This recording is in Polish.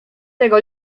tego